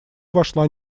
вошла